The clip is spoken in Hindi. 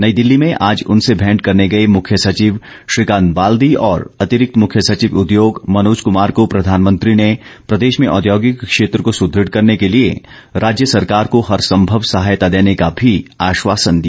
नई दिल्ली में आज उनसे भेंट करने गए मुख्य सचिव श्रीकांत बाल्दी और अतिरिक्त मुख्य सचिव उद्योग मनोज कुमार को प्रधानमंत्री ने प्रदेश में औद्योगिक क्षेत्र को सुदृढ करने के लिए राज्य सरकार को हर संभव सहायता देने का भी आश्वासन दिया